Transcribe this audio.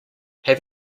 have